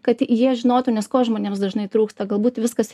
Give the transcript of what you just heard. kad jie žinotų nes ko žmonėms dažnai trūksta galbūt viskas